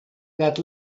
that